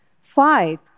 fight